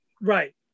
right